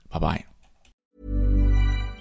Bye-bye